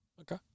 Okay